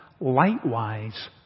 Likewise